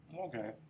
okay